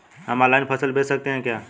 हम ऑनलाइन फसल बेच सकते हैं क्या?